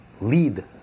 Lead